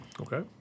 Okay